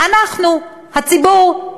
אנחנו, הציבור.